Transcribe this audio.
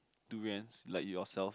durians like yourself